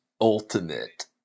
Ultimate